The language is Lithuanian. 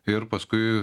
ir paskui